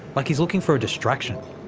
like he's looking for a distraction.